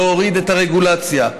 להוריד את הרגולציה,